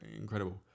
Incredible